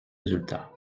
résultats